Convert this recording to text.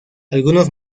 algunos